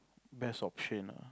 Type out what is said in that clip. best option ah